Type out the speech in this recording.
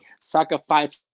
sacrifice